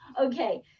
Okay